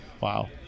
Wow